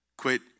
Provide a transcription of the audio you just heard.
Quit